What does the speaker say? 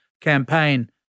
campaign